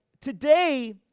today